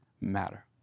matter